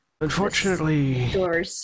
Unfortunately